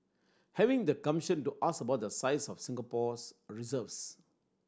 having the gumption to ask about the size of Singapore's reserves